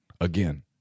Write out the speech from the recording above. again